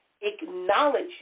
Acknowledge